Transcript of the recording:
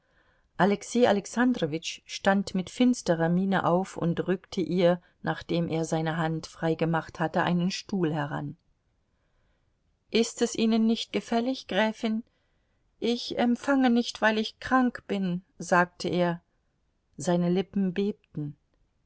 alexei alexandrowitsch stand mit finsterer miene auf und rückte ihr nachdem er seine hand frei gemacht hatte einen stuhl heran ist es ihnen nicht gefällig gräfin ich empfange nicht weil ich krank bin sagte er seine lippen bebten